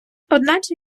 одначе